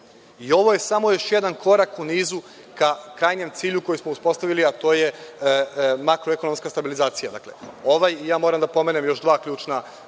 Ovo je samo još jedan korak u nizu ka krajnjem cilju koji smo uspostavili, a to je makro-ekonomska stabilizacija. Moram da pomenem još dva ključna